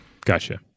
Gotcha